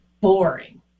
boring